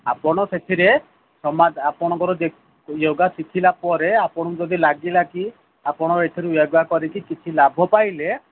ଆପଣ ସେଥିରେ ଆପଣଙ୍କର ୟୋଗା ଶିଖିଲା ପରେ ଆପଣଙ୍କୁ ଯଦି ଲାଗିଲା କି ଆପଣ ଏଥିରେ ୟୋଗା କରିକି କିଛି ଲାଭ ପାଇଲେ